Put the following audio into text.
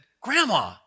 Grandma